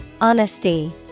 Honesty